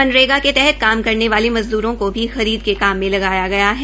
मनरेगा के तहत काम करने वाले मज़द्रों को भी खरीद के काम मे लगाया गया है